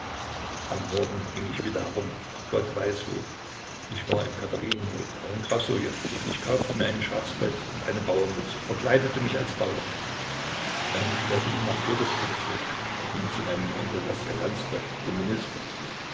am morgen ging ich wieder herum gott weiß wo ich war in katherinenhof auch in krassoje ich kaufte mir einen schafpelz und eine bauernmütze verkleidete mich als bauer dann kehrte ich nach petersburg zurück und ging zu meinem onkel wassja lanskoi dem minister